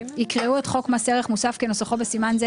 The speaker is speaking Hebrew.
יקראו את חוק מס ערך מוסף כנוסחו בסימן זה,